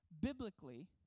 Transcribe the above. Biblically